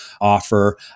offer